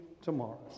tomorrow